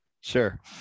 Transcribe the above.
Sure